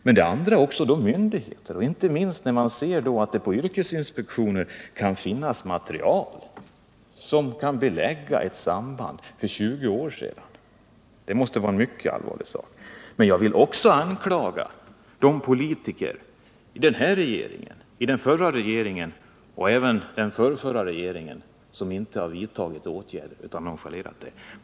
Men det är också andra, som myndigheter. Att det på yrkesinspektionen sedan 20 år finns material som kan belägga ett orsakssamband måste vara en mycket allvarlig sak. Jag vill också anklaga de politiker i den här regeringen, den förra regeringen och även den förrförra regeringen som inte vidtagit åtgärder utan nonchalerat frågan.